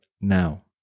now